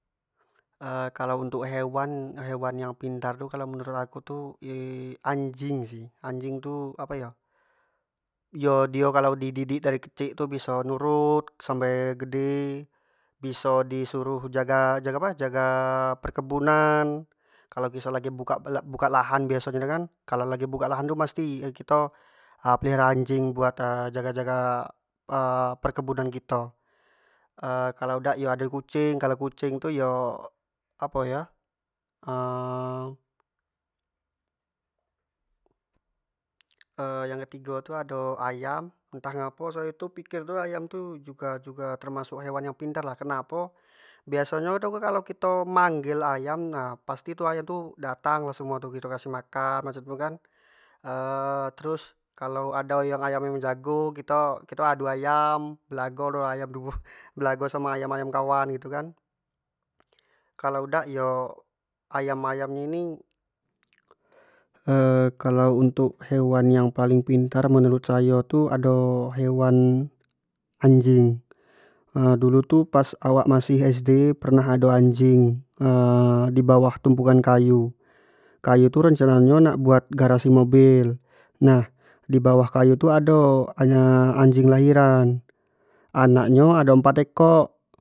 kalau untuk hewan, hewan yang pintar tu anjing sih, anjing tu apo iyo, iyo dio kalua di didik dari kecil kecik tu biso nurut sampe gede, biso di suruh-suruh jaga-jaga apa-jaga perkebunan kalua biso lagi buka lahan biaso nyo kan kalau lagi buka lahan pati nyo kito pelihara anjing buat jaga-jaga perkebunan kito kalau dak iyo ado kucing, kucing tu iyo, apo yo yang ketigo tu ado ayam entah ngapo sayo tu mikir tu ayam tu juga-juga termasuk hewan yang pintar lah kenapo biaso ny tu kalau kito memanggil ayam nah pasti tu ayam tu datang lah semuo tu kito kasih makan gitu kan terus kalau ado yang ayam nyo tu yang jago kito adu ayam belago lah ayam duo belago samo ayam-ayam kawan gitu kan, kalau dak yo ayam-ayam ini kalau untk hewan yang paling pintar menurut sayo tu ado hewan anjing, dulu tu pas awak masih sd pernah ado anjing di bawah tumpukan kayu, kayu tu rencana nyo nak buat garasi mobil nah di bawah kayu tu ado anjing lahiran anak nyo do empat ekok.